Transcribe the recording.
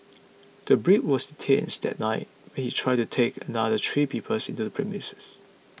the Brit was detained that night when he tried to take another three peoples into the premises